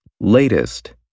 Latest